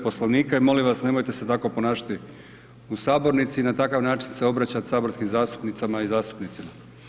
Poslovnika i molim vas nemojte se tako ponašati u sabornici i na takav način se obraćati saborskim zastupnicama i zastupnicima.